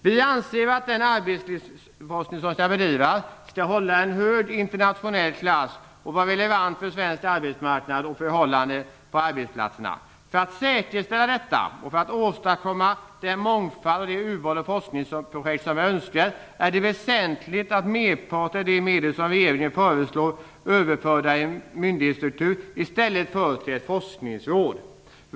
Vi anser att den arbetslivsforskning som skall bedrivas skall hålla hög internationell klass och vara relevant för svensk arbetsmarknad och för förhållandena på arbetsplatserna. För att säkerställa detta och för att åstadkomma den mångfald och det urval av forskningsprojekt som är önskvärt är det väsentligt att merparten av de medel som regeringen föreslår överförda i en ny myndighetsstruktur i stället förs till ett forskningsråd.